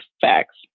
facts